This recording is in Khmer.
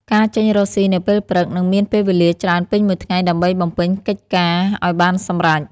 ការចេញរកស៊ីនៅពេលព្រឹក និងមានពេលវេលាច្រើនពេញមួយថ្ងៃដើម្បីបំពេញកិច្ចការឱ្យបានសម្រេច ។